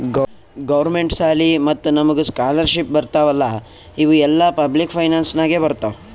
government ಸಾಲಿ ಮತ್ತ ನಮುಗ್ ಸ್ಕಾಲರ್ಶಿಪ್ ಬರ್ತಾವ್ ಅಲ್ಲಾ ಇವು ಎಲ್ಲಾ ಪಬ್ಲಿಕ್ ಫೈನಾನ್ಸ್ ನಾಗೆ ಬರ್ತಾವ್